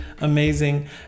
amazing